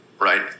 right